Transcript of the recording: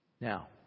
Now